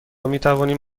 میتوانیم